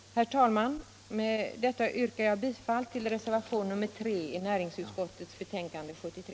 Herr talman! Med detta yrkar jag bifall till reservationen 3 vid näringsutskottets betänkande nr 73.